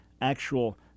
actual